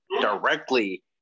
directly